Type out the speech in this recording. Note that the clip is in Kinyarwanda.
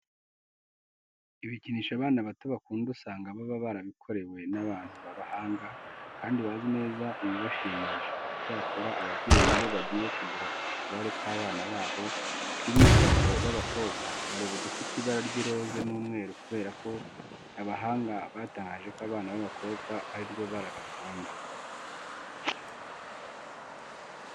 Ibikinisho abana bato bakunda usanga baba barabikorewe n'abantu b'abahanga kandi bazi neza ibibashimisha. Icyakora ababyeyi iyo bagiye kugura utugare tw'abana babo by'umwihariko b'abakobwa, bareba udufite ibara ry'iroze n'umweru kubera ko abahanga batangaje ko abana b'abakobwa ari ryo bara bakunda.